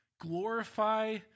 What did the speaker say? glorify